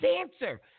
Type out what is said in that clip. answer